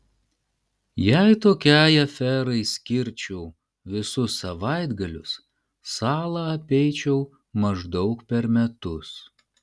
jei tokiai aferai skirčiau visus savaitgalius salą apeičiau maždaug per metus